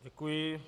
Děkuji.